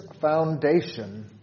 foundation